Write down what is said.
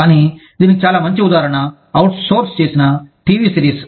కానీ దీనికి చాలా మంచి ఉదాహరణ అవుట్ సోర్స్ చేసిన టీవీ సిరీస్